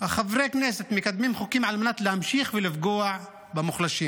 חברי הכנסת מקדמים חוקים על מנת להמשיך ולפגוע במוחלשים.